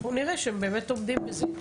אנחנו נראה שבאמת עומדים בזה.